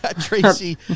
Tracy